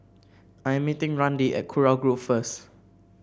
I am meeting Randi at Kurau Grove first